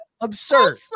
Absurd